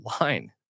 line